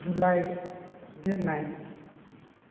July date nine